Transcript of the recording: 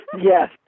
Yes